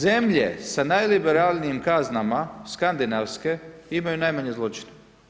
Zemlje sa najliberalnijim kaznama, Skandinavske, imaju najmanje zločina.